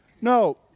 No